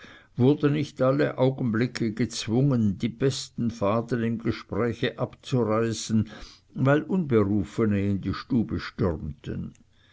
wurde nicht alle augenblicke gezwungen die besten faden im gespräche abzureißen weil unberufene in die stube stürmten